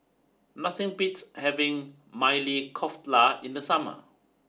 nothing beats having Maili Kofta in the summer